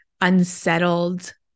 unsettled